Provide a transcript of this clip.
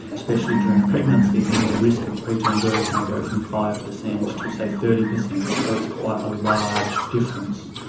especially during pregnancy then your risk of preterm birth may go from five percent to say thirty percent. so it's quite a large difference.